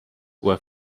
were